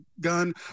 gun